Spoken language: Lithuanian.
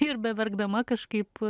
ir beverkdama kažkaip